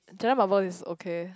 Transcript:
Jenna-Marbles is okay